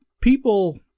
People